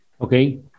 Okay